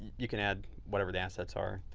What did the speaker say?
you can add whatever the assets are.